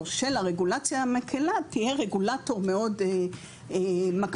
של הרגולציה המקלה יהיה רגולטור מאוד מקפיד,